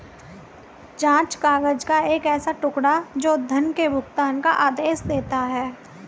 जाँच काग़ज़ का एक ऐसा टुकड़ा, जो धन के भुगतान का आदेश देता है